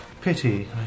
Pity